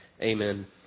amen